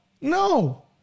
No